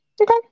Okay